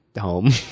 home